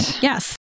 Yes